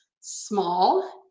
Small